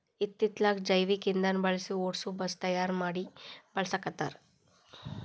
ಇತ್ತಿತ್ತಲಾಗ ಜೈವಿಕ ಇಂದನಾ ಬಳಸಿ ಓಡಸು ಬಸ್ ತಯಾರ ಮಡಿ ಬಳಸಾಕತ್ತಾರ